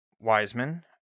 Wiseman